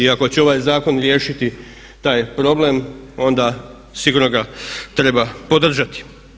I ako će ovaj zakon riješiti taj problem onda sigurno ga treba podržati.